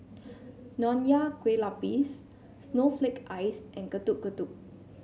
Nonya Kueh Lapis Snowflake Ice and Getuk Getuk